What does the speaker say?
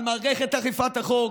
על מערכת אכיפת החוק,